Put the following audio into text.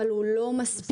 אבל הוא לא מספיק.